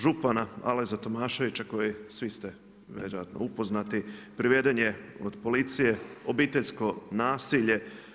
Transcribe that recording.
Župana Alojza Tomaševića kojeg svi ste vjerojatno upoznati, priveden je od policije, obiteljsko nasilje.